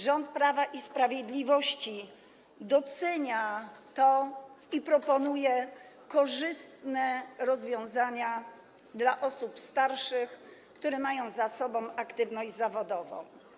Rząd Prawa i Sprawiedliwości docenia to i proponuje korzystne rozwiązania dla osób starszych, które mają za sobą aktywność zawodową.